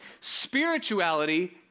spirituality